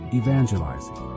evangelizing